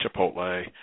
Chipotle